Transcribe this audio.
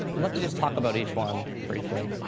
love to just talk about each one briefly.